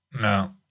No